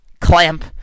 clamp